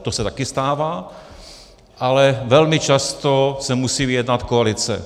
To se také stává, ale velmi často se musí vyjednat koalice.